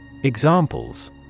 Examples